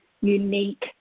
unique